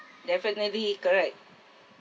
definitely correct